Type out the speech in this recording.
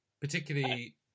particularly